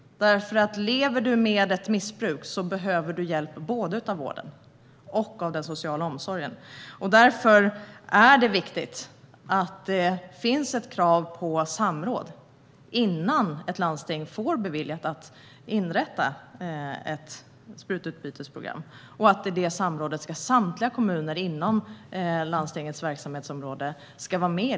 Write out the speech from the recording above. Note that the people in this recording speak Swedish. Den som lever med ett missbruk behöver hjälp både av vården och av den sociala omsorgen. Därför är det viktigt att det finns krav på samråd innan ett landsting får beviljat att inrätta ett sprututbytesprogram, och i det samrådet ska samtliga kommuner inom landstingets verksamhetsområde vara med.